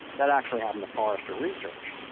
that actually happened at forrester research.